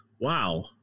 Wow